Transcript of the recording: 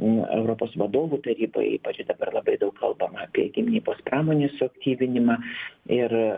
europos vadovų taryba ypač dabar labai daug kalbama apie gynybos pramonės suaktyvinimą ir